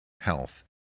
health